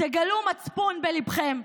תגלו מצפון בליבכם.